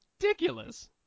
ridiculous